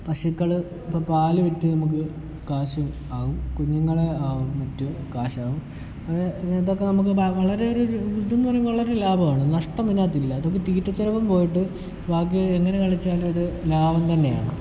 പശുക്കൾ ഇപ്പോൾ പാൽ വിറ്റ് നമുക്ക് കാശ് ആകും കുഞ്ഞുങ്ങളാകും മറ്റ് കാശ് ആകും അങ്ങനെ അതൊക്കെ നമുക്ക് വളരെ ഒരു ഒരു ഇത് എന്ന് പറയുമ്പോൾ വളരെ ലാഭമാണ് നഷ്ടം ഇതിനകത്ത് ഇല്ല തീറ്റ ചിലവും പോയിട്ട് ബാക്കി എങ്ങനെ കിഴിച്ചാലും ഒരു ലാഭം തന്നെയാണ്